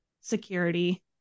security